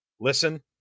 listen